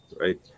right